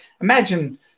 Imagine